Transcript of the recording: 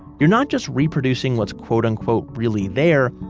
you're not just reproducing what's quote unquote really there.